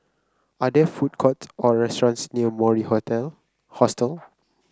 are there food courts or restaurants near Mori Hostel